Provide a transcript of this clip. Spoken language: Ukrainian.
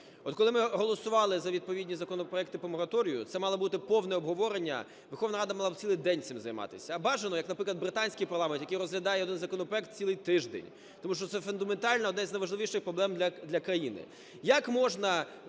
От, коли ми голосували за відповідні законопроекти по мораторію, це мало бути повне обговорення, Верховна Рада мала б цілий день цим займатися, а бажано, як наприклад, британський парламент, який розглядає один законопроект цілий тиждень. Тому що це фундаментальна, одна з найважливіших проблем для країни.